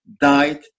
died